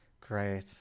great